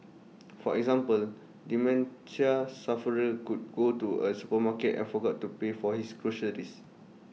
for example dementia sufferer could go to A supermarket and forgot to pay for his groceries